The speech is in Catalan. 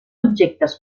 objectes